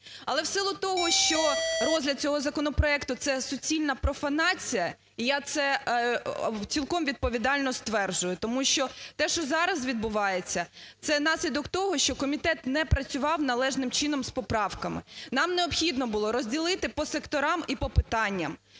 Але в силу того, що розгляд цього законопроекту це суцільна профанація і я це цілком відповідально стверджую, тому що те, що зараз відбувається, це наслідок того, що комітет не працював належним чином з поправками. Нам необхідно було розділити по секторам і по питанням.